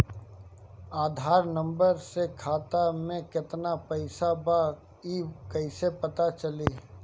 आधार number से खाता में केतना पईसा बा ई क्ईसे पता चलि?